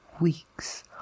weeks